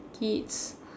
kids